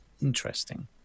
Interesting